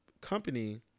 company